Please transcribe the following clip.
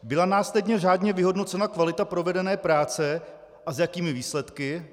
Byla následně řádně vyhodnocena kvalita provedené práce a s jakými výsledky?